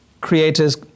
creators